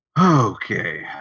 Okay